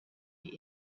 die